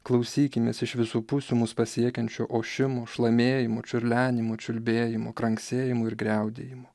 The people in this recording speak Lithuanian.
klausykimės iš visų pusių mus pasiekiančio ošimo šlamėjimo čiurlenimo čiulbėjimo kranksėjimo ir griaudėjimo